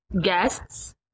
guests